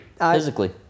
physically